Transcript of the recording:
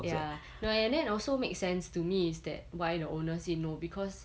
ya no and then also make sense to me is that why the owner say no because